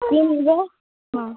কী নেবে হ্যাঁ